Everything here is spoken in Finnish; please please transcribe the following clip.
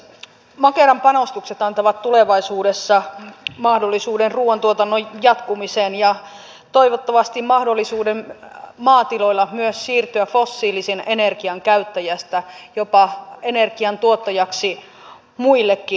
makeran panostukset antavat tulevaisuudessa mahdollisuuden ruuantuotannon jatkumiseen ja toivottavasti mahdollisuuden maatiloilla myös siirtyä fossiilisen energian käyttäjästä jopa energian tuottajaksi muillekin